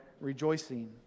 rejoicing